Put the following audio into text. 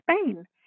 Spain